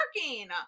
working